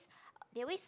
they always